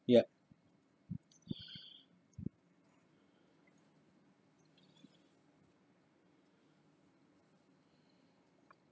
yup